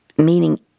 meaning